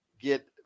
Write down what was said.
get